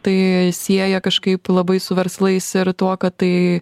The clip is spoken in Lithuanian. tai sieja kažkaip labai su verslais ir tuo kad tai